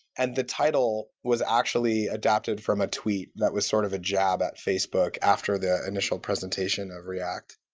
and the title was actually adopted from a tweet that was sort of a jab at facebook after the initial presentation of react.